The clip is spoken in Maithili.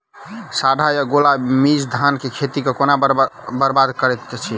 साढ़ा या गौल मीज धान केँ खेती कऽ केना बरबाद करैत अछि?